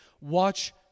Watch